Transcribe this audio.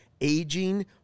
aging